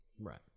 Right